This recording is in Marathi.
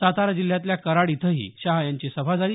सातारा जिल्ह्यातल्या कराड इथंही शहा यांची सभा झाली